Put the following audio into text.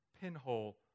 pinhole